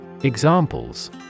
Examples